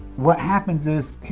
what happens is